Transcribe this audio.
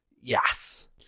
Yes